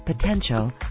potential